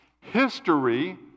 history